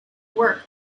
work